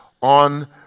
on